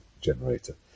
generator